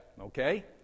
okay